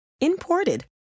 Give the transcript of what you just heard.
imported